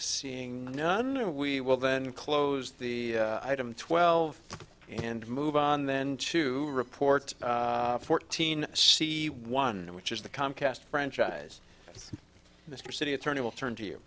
seeing no no we will then close the item twelve and move on then to report fourteen c one which is the comcast franchise mr city attorney will turn to you